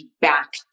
back